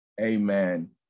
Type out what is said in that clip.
amen